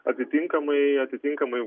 atitinkamai atitinkamai